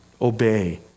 Obey